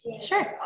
Sure